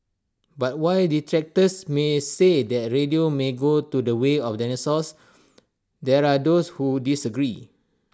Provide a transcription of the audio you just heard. but while detractors may say that radio may go to the way of dinosaur there are those who disagree